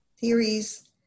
theories